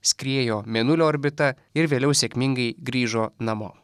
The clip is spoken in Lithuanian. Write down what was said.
skriejo mėnulio orbita ir vėliau sėkmingai grįžo namo